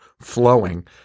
Flowing